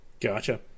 Gotcha